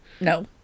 no